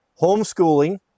Homeschooling